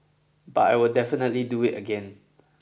but I would definitely do it again